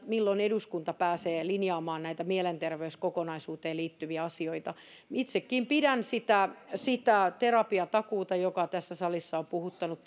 milloin eduskunta pääsee linjaamaan näitä mielenterveyskokonaisuuteen liittyviä asioita itsekin pidän sitä terapiatakuuta joka tässä salissa on puhuttanut